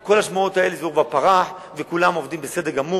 שכל השמועות האלה הן עורבא פרח וכולם עובדים בסדר גמור